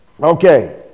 Okay